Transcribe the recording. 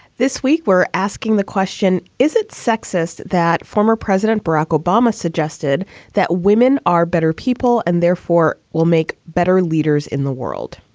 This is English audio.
this week we're asking the question, is it sexist that former president barack obama suggested that women are better people and therefore will make better leaders in the world?